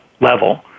level